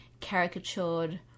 caricatured